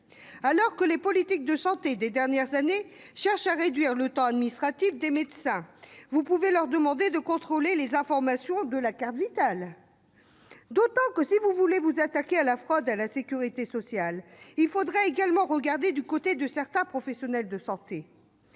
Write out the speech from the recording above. Alors que les politiques de santé des dernières années cherchent à réduire le temps administratif des médecins, voulez-vous vraiment leur demander de contrôler les informations de la carte Vitale ? Si vous entendez vous attaquer à la fraude à la sécurité sociale, vous devriez également regarder du côté de certains professionnels de santé.